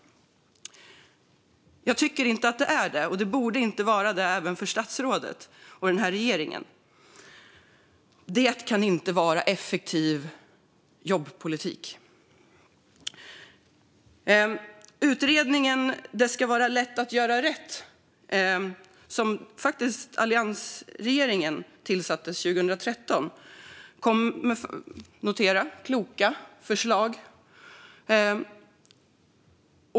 Jag tycker inte det, och det borde inte vara så för statsrådet och regeringen. Det kan inte vara effektiv jobbpolitik. I utredningsbetänkandet Det ska vara lätt att göra rätt - en utredning tillsatt av alliansregeringens 2013 - finns kloka förslag.